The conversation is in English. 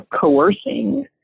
coercing